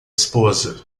esposa